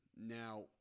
Now